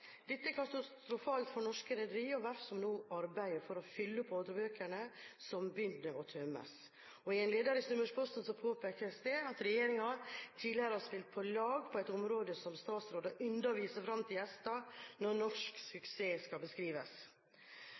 Dette er katastrofalt for norske rederier og verft som nå jobber for å fylle ordrebøkene, som begynner å tømmes. I en leder i Sunnmørsposten påpekes det at regjeringen tidligere har spilt på lag på et område som statsråder ynder å vise fram til gjester når norsk suksess skal beskrives.